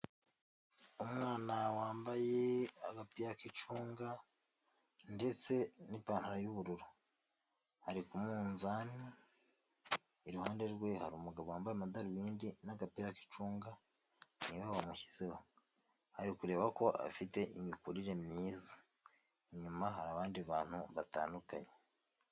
Umwana wambaye agapira k'icunga ndetse n'ipantaro y'ubururu, ari ku munzani iruhande rwe hari umugabo wambaye amadarubindi n'agapira k'icunga niwe wamushyizeho, ari kureba ko afite imikurire myiza, inyuma hari abandi bantu batandukanye.